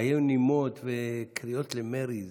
היו נימות וקריאות למרי.